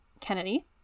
Kennedy